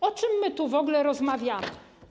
O czym tu w ogóle rozmawiamy?